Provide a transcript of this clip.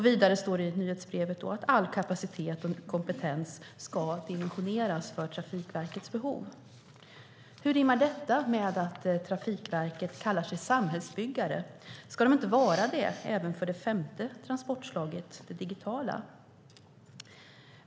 Vidare står det i nyhetsbrevet: All kapacitet och kompetens ska dimensioneras för Trafikverkets behov. Hur rimmar detta med att Trafikverket kallar sig samhällsbyggare? Ska de inte vara det även för det femte transportslaget, det digitala?